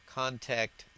contact